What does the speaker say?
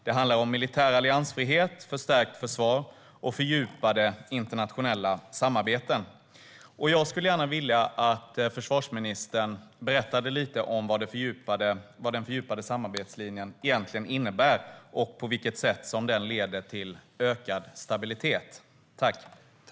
Det handlar om militär alliansfrihet, förstärkt försvar och fördjupade internationella samarbeten. Jag skulle gärna vilja att försvarsministern berättar lite grann om vad den fördjupade samarbetslinjen egentligen innebär och på vilket sätt den leder till ökad stabilitet.